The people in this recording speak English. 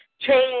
change